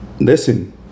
Listen